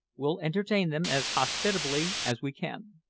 we'll entertain them as hospitably as we can.